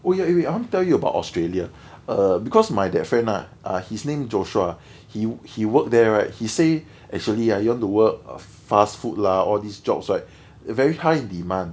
oh ya eh wait I want to tell you about australia err because my that friend ah his name joshua he he worked there right he say actually right you want to work fast food lah all these jobs right very high in demand